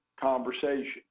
conversation